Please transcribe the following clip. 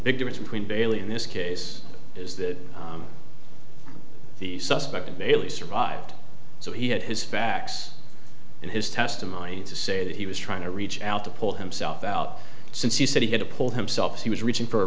big difference between bailey in this case is that the suspect in bailey survived so he had his facts in his testimony to say that he was trying to reach out to pull himself out since he said he had to pull himself as he was reaching for